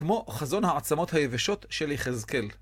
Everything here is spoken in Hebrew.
כמו חזון העצמות היבשות של יחזקאל.